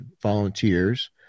volunteers